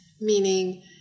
meaning